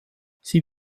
sie